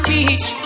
Beach